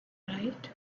right